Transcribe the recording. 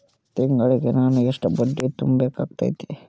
ತಿಂಗಳಿಗೆ ನಾನು ಎಷ್ಟ ಬಡ್ಡಿ ತುಂಬಾ ಬೇಕಾಗತೈತಿ?